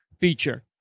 feature